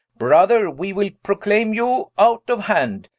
brother, we will proclaime you out of hand,